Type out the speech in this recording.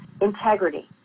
Integrity